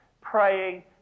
praying